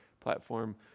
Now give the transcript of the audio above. platform